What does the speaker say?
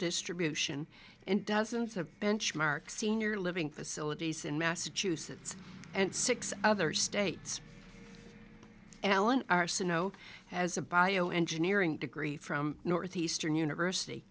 distribution and dozens of benchmark senior living facilities in massachusetts and six other states alan arsenault has a bio engineering degree from northeastern university